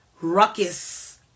ruckus